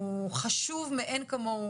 חשוב מאין כמוהו.